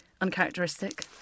uncharacteristic